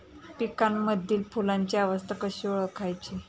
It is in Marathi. पिकांमधील फुलांची अवस्था कशी ओळखायची?